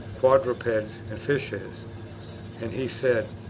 quadrupeds, and fishes and he said,